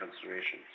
considerations